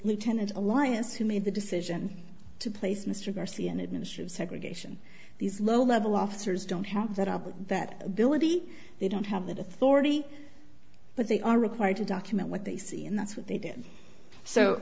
lieutenant alliance who made the decision to place mr garcia an administrative segregation these low level officers don't have that ability they don't have that authority but they are required to document what they see and that's what they did so